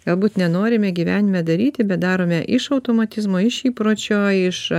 galbūt nenorime gyvenime daryti bet darome iš automatizmo iš įpročio iš